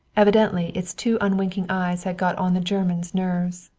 evidently its two unwinking eyes had got on the germans' nerves.